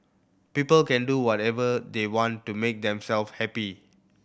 people can do whatever they want to make themselves happy